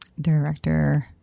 Director